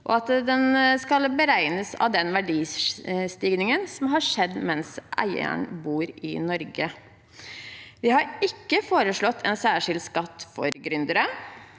og at den skal beregnes av den verdistigningen som har skjedd mens eieren bor i Norge. Vi har ikke foreslått en særskilt skatt for gründere.